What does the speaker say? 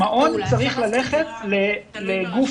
המעון צריך לפנות לגוף